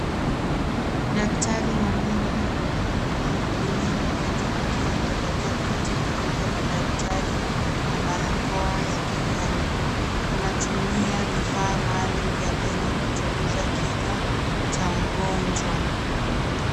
Daktari wa meno, anamhudumia mgonjwa akiwa amevalia koti jeupe la daktari na barakoa ya kijani. Anatumia vifaa maalumu vya meno kuchunguza kinywa cha mgonjwa.